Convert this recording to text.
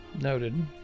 Noted